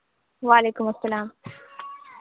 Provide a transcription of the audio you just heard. وعلیکم السلام